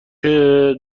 برای